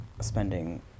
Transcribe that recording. spending